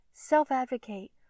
self-advocate